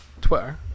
Twitter